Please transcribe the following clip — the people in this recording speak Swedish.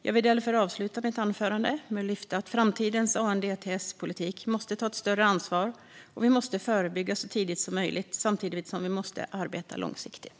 Jag vill därför avsluta mitt anförande med att lyfta fram att framtidens ANDTS-politik måste ta ett större ansvar och att vi måste förebygga så tidigt som möjligt - samtidigt som vi måste arbeta långsiktigt.